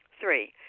Three